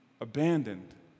abandoned